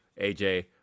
AJ